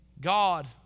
God